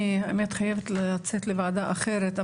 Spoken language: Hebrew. אני האמת חייבת לצאת לוועדה אחרת,